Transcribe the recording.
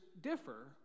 differ